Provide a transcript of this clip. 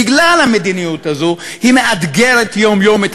בגלל המדיניות הזאת היא מאתגרת יום-יום את